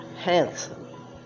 handsome